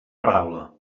paraula